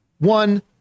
One